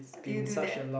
what did you do there